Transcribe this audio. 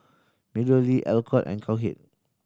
MeadowLea Alcott and Cowhead